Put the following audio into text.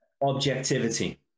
objectivity